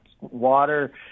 water